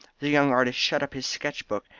the young artist shut up his sketch-book,